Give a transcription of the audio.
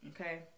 Okay